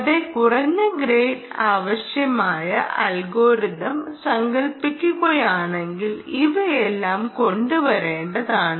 വളരെ കുറഞ്ഞ ഗ്രേഡിന് ആവശ്യമായ അൽഗോരിതം സങ്കൽപ്പിക്കുകയാണെങ്കിൽ ഇവയെല്ലാം കൊണ്ടുവരേണ്ടതാണ്